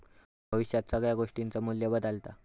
भविष्यात सगळ्या गोष्टींचा मू्ल्य बदालता